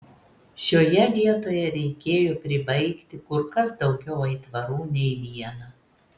šioje vietoje reikėjo pribaigti kur kas daugiau aitvarų nei vieną